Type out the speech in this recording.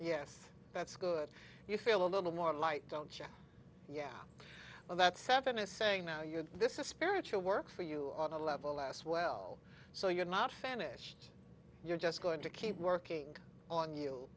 s that's good you feel a little more light don't you yeah well that's seven a saying no you this is spiritual work for you on a level aswell so you're not fan ish you're just going to keep working on you